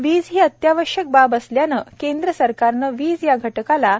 वीज ही अत्यावश्यक बाब असल्याने केंद्र सरकारने वीज या घटकाला एन